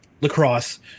lacrosse